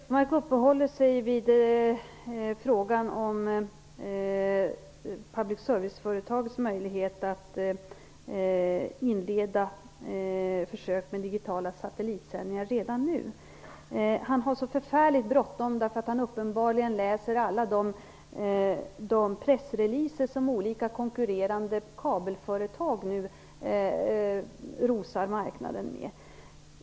Fru talman! Gunnar Hökmark uppehåller sig vid frågan om public service-företagens möjlighet att redan nu inleda försök med digitala satellitsändningar. Han har så förfärligt bråttom därför att han uppenbarligen läser alla de pressreleaser som olika, konkurrerande kabelföretag nu rosar marknaden med.